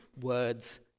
words